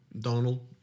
Donald